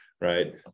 right